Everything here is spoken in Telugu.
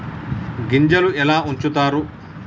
గింజలు ఎలా ఉంచుతారు?